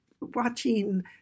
watching